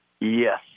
Yes